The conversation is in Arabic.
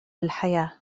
الحياة